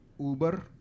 Uber